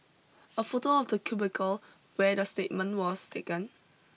a photo of the cubicle where the statement was taken